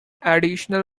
additional